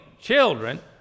children